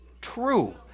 true